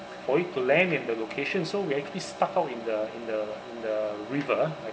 for it to land in the location so we actually stuck out in the in the in the river like